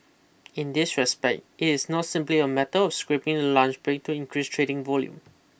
in this respect it is not simply a matter of scrapping the lunch break to increase trading volume